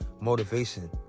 motivation